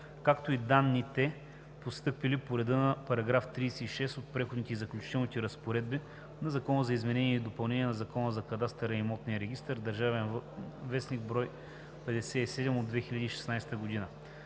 както и данните, постъпили по реда на § 36 от преходните и заключителните разпоредби на Закона за изменение и допълнение на Закона за кадастъра и имотния регистър (ДВ, бр. 57 от 2016 г.)